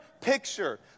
picture